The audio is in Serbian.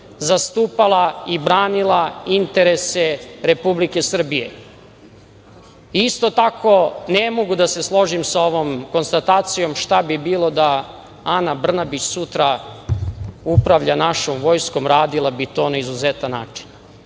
zastupala i branila interese Republike Srbije. Isto tako ne mogu da se složim sa ovom konstatacijom šta bi bilo da Ana Brnabić sutra upravlja našom vojskom. Radila bi to na izuzetan način.